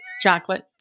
chocolate